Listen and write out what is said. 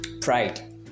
Pride